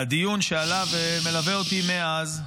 על הדיון שעלה ומלווה אותי מאז,